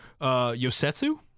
Yosetsu